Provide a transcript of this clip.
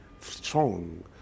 strong